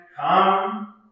Come